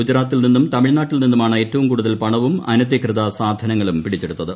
ഗുജറാത്തിൽ നിന്നും തമിഴ്നാട്ടിൽ നിന്നുമാണ് ഏറ്റവും കൂടുതൽ പണവും അനധികൃത സാധനങ്ങളും പിടിച്ചെടുത്തത്